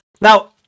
Now